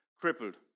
crippled